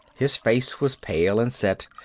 his face was pale and set.